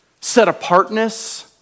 set-apartness